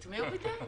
את מי הוא פיטר?